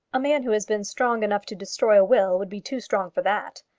a man who had been strong enough to destroy a will would be too strong for that.